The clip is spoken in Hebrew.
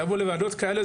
לבוא לוועדות כאלה,